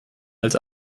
als